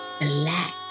black